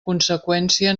conseqüència